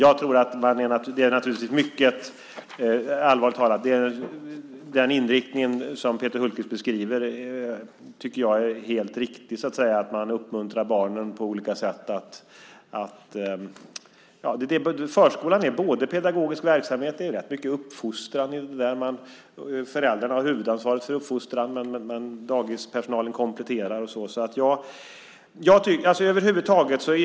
Allvarligt talat tycker jag att den inriktning som Peter Hultqvist beskriver är helt riktig, att man uppmuntrar barnen på olika sätt. Förskolan är bland annat pedagogisk verksamhet. Det är rätt mycket uppfostran i det där. Föräldrarna har huvudansvaret för uppfostran men dagispersonalen kompletterar.